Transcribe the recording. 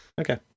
Okay